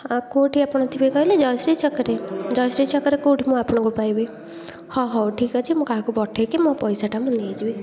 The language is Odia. ଆଉ କେଉଁଠି ଆପଣ ଥିବେ କହିଲେ ଜୟଶ୍ରୀ ଛକରେ ଜୟଶ୍ରୀ ଛକରେ କେଉଁଠି ମୁଁ ଆପଣଙ୍କୁ ପାଇବି ହେଉ ହେଉ ଠିକ ଅଛି ମୁଁ କାହାକୁ ପଠେଇକି ମୋ ପଇସାଟା ମୁଁ ନେଇଯିବି